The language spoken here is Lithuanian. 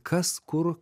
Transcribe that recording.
kas kur